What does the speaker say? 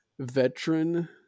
veteran